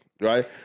right